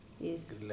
Yes